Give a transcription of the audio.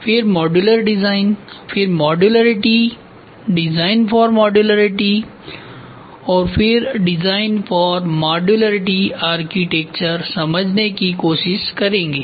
फिर modular design फिर modularity design for modularity और फिर डिज़ाइन फॉर मॉड्यूलरिटी आर्किटेक्चर समझने की कोशिश करेंगे